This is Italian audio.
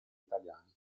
italiani